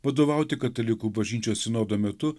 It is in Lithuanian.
vadovauti katalikų bažnyčios sinodo metu